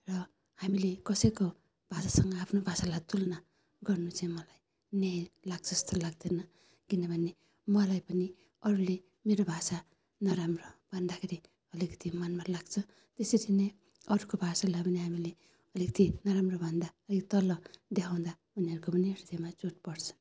र हामीले कसैको भाषासँग आफ्नो भाषालाई तुलना गर्नु चाहिँ मलाई न्याय लाग्छ जस्तो लाग्दैन किनभने मलाई पनि अरूले मेरो भाषा नराम्रो भन्दाखेरि अलिकति मनमा लाग्छ त्यसरी नै अरूको भाषालाई पनि हामीले अलिकति नराम्रो भन्दा अलिक तल्लो देखाउँदा उनीहरूको पनि हृदयमा चोट पर्छ